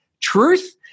truth